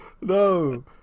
No